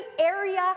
area